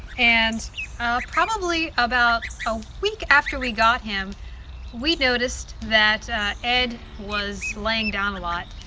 and ah probably about a week after we got him we noticed that ed was laying down a lot.